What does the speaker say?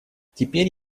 теперь